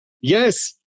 Yes